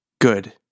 good